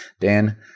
Dan